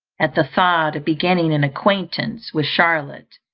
at the thought of beginning an acquaintance with charlotte,